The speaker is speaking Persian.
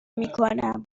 میکنم